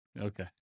Okay